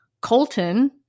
Colton